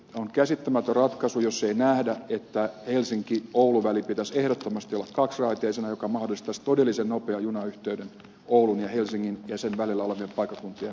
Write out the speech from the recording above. on käsittämätön ratkaisu jos ei nähdä että helsinkioulu välin pitäisi ehdottomasti olla kaksiraiteisena mikä mahdollistaisi todellisen nopean junayhteyden oulun ja helsingin ja niiden välillä olevien paikkakuntien kesken